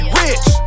rich